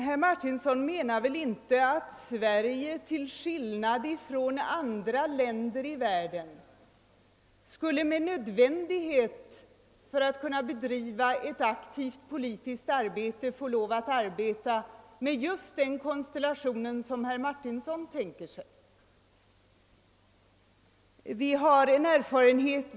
Herr Martinsson menar väl inte att vi i Sverige till skillnad från vad som är fallet i andra länder skulle vara tvungna att arbeta med just den konstellation som herr Martinsson tänker sig för att vi skall kunna sägas bedriva ett aktivt politiskt arbete?